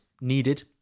needed